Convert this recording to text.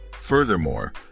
Furthermore